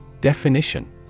Definition